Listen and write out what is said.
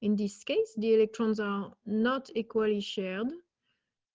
in this case, the electrons are not equally shared